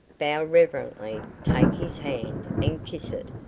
bow reverently, take his hand, and kiss it,